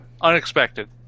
Unexpected